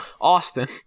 Austin